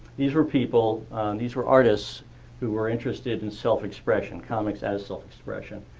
these were people these were artists who were interested in self-expression, comics as self-expression.